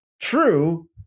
True